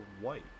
white